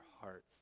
hearts